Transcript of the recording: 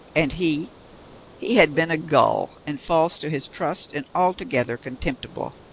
and he? he had been a gull, and false to his trust, and altogether contemptible.